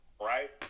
right